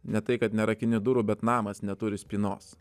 ne tai kad nerakini durų bet namas neturi spynos